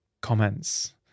comments